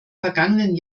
vergangenen